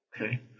Okay